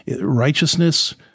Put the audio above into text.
Righteousness